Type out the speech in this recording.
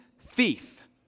thief